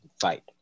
fight